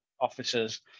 officers